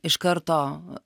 iš karto